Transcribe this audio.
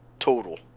total